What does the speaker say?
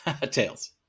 tails